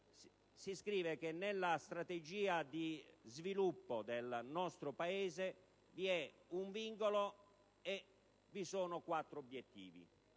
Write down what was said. si scrive che nella strategia di sviluppo del nostro Paese vi è un vincolo e vi sono quattro obiettivi.